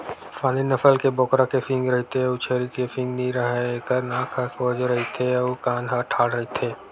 Saanen नसल के बोकरा के सींग रहिथे अउ छेरी के सींग नइ राहय, एखर नाक ह सोज होथे अउ कान ह ठाड़ रहिथे